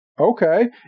Okay